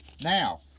Now